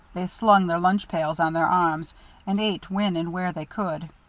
they slung their lunch pails on their arms and ate when and where they could,